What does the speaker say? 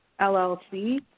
LLC